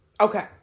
Okay